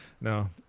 No